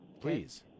Please